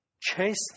chase